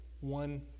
one